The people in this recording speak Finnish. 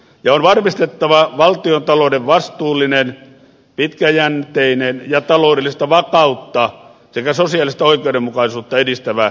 on varmistettava valtiontalouden vastuullinen pitkäjännitteinen ja taloudellista vakautta sekä sosiaalista oikeudenmukaisuutta edistävä finanssipolitiikka